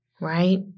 right